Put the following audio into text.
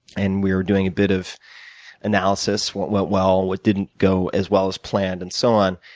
and we were doing a bit of analysis, what went well, what didn't go as well as planned, and so on.